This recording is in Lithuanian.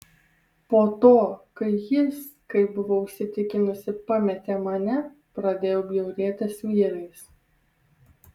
po to kai jis kaip buvau įsitikinusi pametė mane pradėjau bjaurėtis vyrais